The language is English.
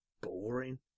boring